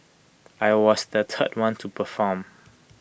I was the third one to perform